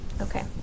Okay